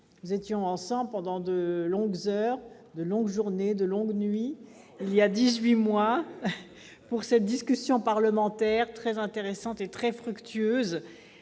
Nous avons passé ensemble de longues heures, de longues journées, de longues nuits, il y dix-huit mois, pour cette discussion parlementaire très intéressante et très fructueuse